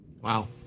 Wow